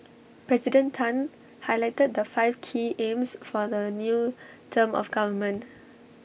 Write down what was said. President Tan highlighted the five key aims for the new term of government